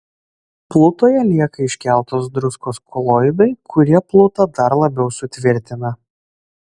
plutoje lieka iškeltos druskos koloidai kurie plutą dar labiau sutvirtina